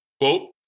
Quote